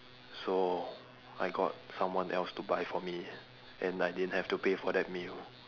so I got someone else to buy for me and I didn't have to pay for that meal